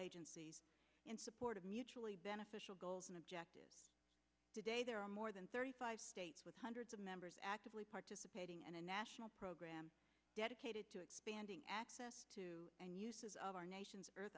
agencies in support of mutually beneficial goals and objectives today there are more than thirty five states with hundreds of members actively participating in a national program dedicated to expanding access to and uses of our nation's earth